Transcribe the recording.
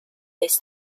this